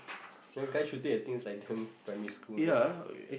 guys shooting the things like damn primary school man